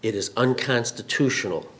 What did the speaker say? is unconstitutional